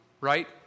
right